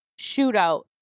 shootout